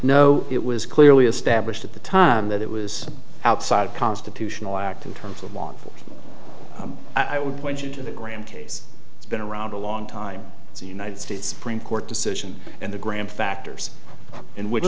no it was clearly established at the time that it was outside constitutional act in terms of law i would point you to the graham case it's been around a long time it's the united states supreme court decision and the grand factors in wh